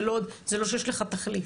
זה לא שיש לך תחליף,